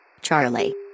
Charlie